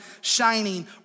shining